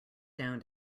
down